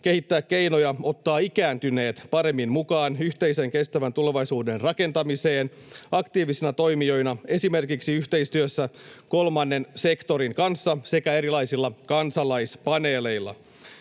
kehittää keinoja ottaa ikääntyneet paremmin mukaan yhteisen kestävän tulevaisuuden rakentamiseen aktiivisina toimijoina esimerkiksi yhteistyössä kolmannen sektorin kanssa sekä erilaisilla kansalaispaneeleilla.